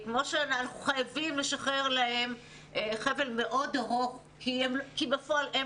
אנחנו חייבים לשחרר להם חבל מאוד ארוך כי בפועל הם